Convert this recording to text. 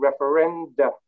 referenda